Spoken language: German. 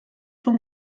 von